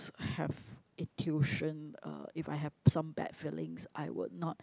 have intuition uh if I have some bad feelings I would not